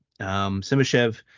Simashev